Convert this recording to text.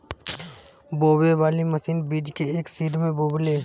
बोवे वाली मशीन बीज के एक सीध में बोवेले